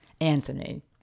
Anthony